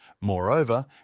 Moreover